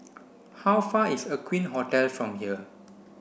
how far is Aqueen Hotel from here